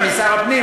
אני שר הפנים.